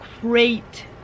great